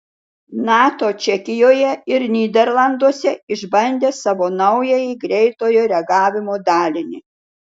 nato čekijoje ir nyderlanduose išbandė savo naująjį greitojo reagavimo dalinį